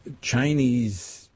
Chinese-